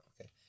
Okay